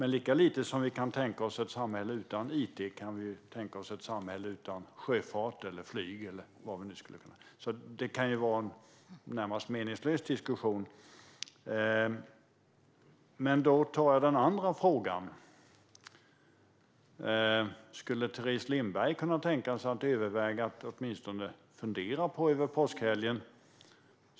Lika lite som vi kan tänka oss ett samhälle utan it kan vi tänka oss ett samhälle utan sjöfart eller flyg. Det är en närmast meningslös diskussion. Låt mig då ta upp den andra frågan. Skulle Teres Lindberg kunna tänka sig att åtminstone fundera på frågan över påskhelgen?